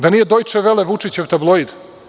Da nije „Dojče vele“ Vučićev tabloid?